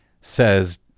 says